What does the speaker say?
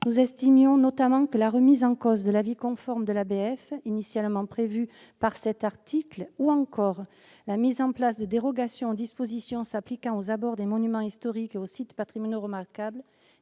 Nous estimions notamment que la remise en cause de l'avis conforme de l'architecte des bâtiments de France, l'ABF, initialement prévue par cet article, ou encore la mise en place de dérogations aux dispositions s'appliquant aux abords des monuments historiques et aux sites patrimoniaux remarquables